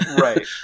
Right